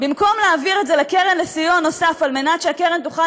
במקום להעביר את זה לקרן לסיוע נוסף על מנת שהקרן תוכל